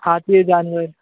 हाथी जानवरु